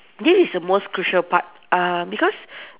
this is most crucial part uh because